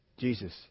Jesus